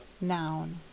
Noun